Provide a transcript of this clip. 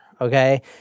okay